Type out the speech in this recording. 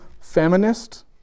feminist